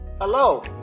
Hello